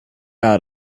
out